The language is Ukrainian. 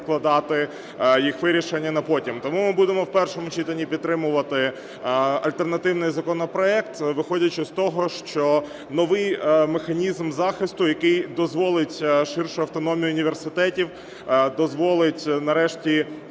відкладати їх вирішення на потім. Тому ми будемо в першому читанні підтримувати альтернативний законопроект, виходячи з того, що новий механізм захисту, який дозволить ширшу автономію університетів, дозволить нарешті